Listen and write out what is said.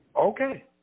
Okay